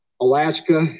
Alaska